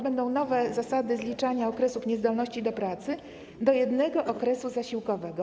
Będą nowe zasady zliczania okresów niezdolności do pracy do jednego okresu zasiłkowego.